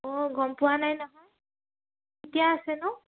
অঁ গম পোৱা নাই নহয় কেতিয়া আছেনো